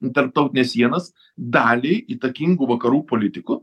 tarptautines sienas daliai įtakingų vakarų politikų